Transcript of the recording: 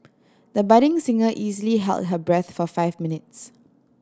the budding singer easily held her breath for five minutes